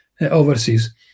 overseas